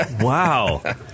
Wow